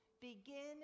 begin